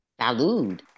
Salud